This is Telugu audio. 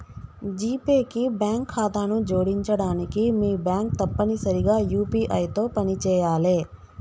జీపే కి బ్యాంక్ ఖాతాను జోడించడానికి మీ బ్యాంక్ తప్పనిసరిగా యూ.పీ.ఐ తో పనిచేయాలే